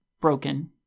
broken